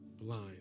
blind